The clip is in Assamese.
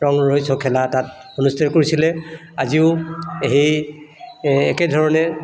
ৰং ৰহইছ খেলা তাত অনুষ্ঠিত কৰিছিলে আজিও সেই একেধৰণে